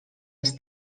els